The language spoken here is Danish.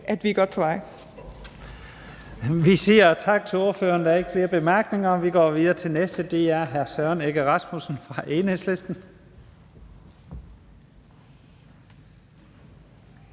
jeg vi er godt på vej.